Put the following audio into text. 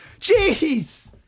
Jeez